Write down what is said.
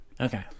Okay